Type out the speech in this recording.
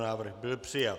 Návrh byl přijat.